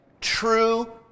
true